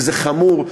וזה חמור.